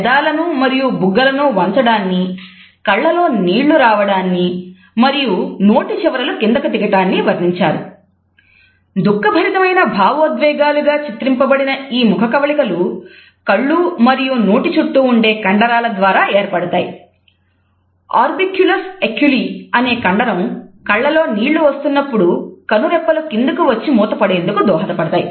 Ekman అనే కండరం కళ్ళలో నీళ్లు వస్తున్నప్పుడు కనురెప్పలు కిందకు వచ్చి మూతపడేందుకు దోహదపడతాయి